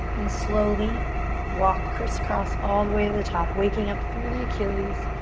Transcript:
and slowly walk criss-cross all the way to the top, waking up through the achilles,